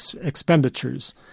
expenditures